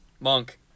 Monk